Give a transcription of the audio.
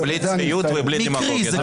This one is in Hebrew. בלי צביעות ובלי דמגוגיה.